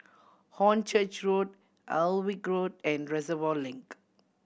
Hornchurch Road Alnwick Road and Reservoir Link